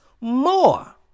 more